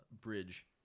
bridge